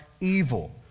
evil